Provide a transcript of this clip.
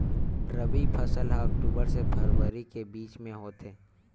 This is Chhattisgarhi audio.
रबी फसल हा अक्टूबर से फ़रवरी के बिच में होथे